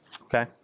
okay